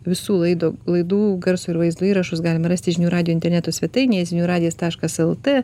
visų laido laidų garso ir vaizdo įrašus galima rasti žinių radijo interneto svetainėje ziniuradijas taškas lt